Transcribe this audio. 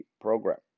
program